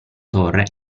torre